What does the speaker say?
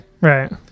Right